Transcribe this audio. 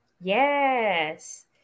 Yes